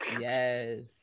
yes